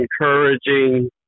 encouraging